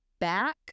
back